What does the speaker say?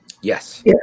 yes